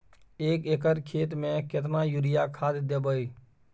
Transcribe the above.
एक एकर खेत मे केतना यूरिया खाद दैबे?